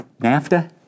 NAFTA